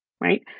right